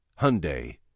Hyundai